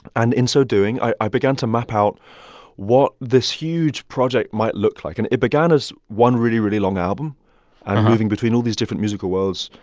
and in so doing, i began to map out what this huge project might look like, and it began as one really, really long album moving between all these different musical worlds,